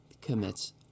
commits